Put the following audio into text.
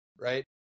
right